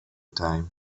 time